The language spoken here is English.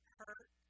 hurt